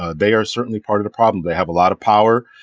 ah they are certainly part of the problem. they have a lot of power,